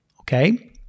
okay